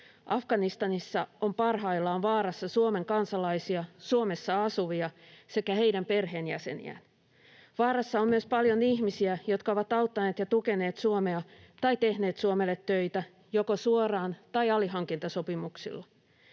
Afganistanissa on parhaillaan vaarassa Suomen kansalaisia, Suomessa asuvia sekä heidän perheenjäseniään. Vaarassa on myös paljon ihmisiä, jotka ovat auttaneet ja tukeneet Suomea tai tehneet Suomelle töitä joko suoraan tai alihankintasopimuksilla